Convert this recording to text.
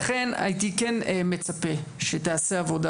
לכן הייתי כן מצפה שתעשה עבודה,